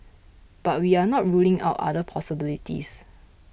but we are not ruling out other possibilities